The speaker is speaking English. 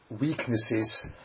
weaknesses